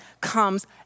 comes